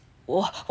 ya really